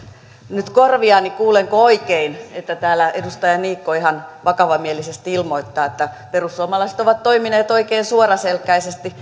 nyt korviani kuulenko oikein että täällä edustaja niikko ihan vakavamielisesti ilmoittaa että perussuomalaiset ovat toimineet oikein suoraselkäisesti